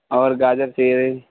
اور گاجر چیرے